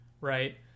right